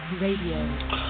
Radio